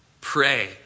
Pray